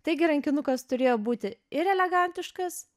taigi rankinukas turėjo būti ir elegantiškas